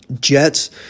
Jets